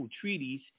treaties